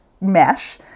mesh